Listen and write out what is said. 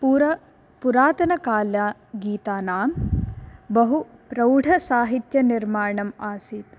पूरा पुरातनकालगीतानां बहु प्रौढसाहित्यनिर्माणम् आसीत्